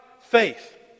faith